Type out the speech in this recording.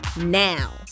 now